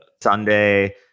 Sunday